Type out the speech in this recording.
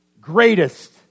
greatest